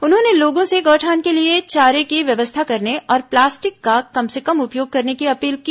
उन्होंने लोगों से गौठान के लिए चारे की व्यवस्था करने और प्लास्टिक का कम से कम उपयोग करने का अपील की